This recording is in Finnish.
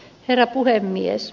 herra puhemies